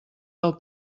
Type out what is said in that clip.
del